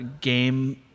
game